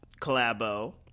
collabo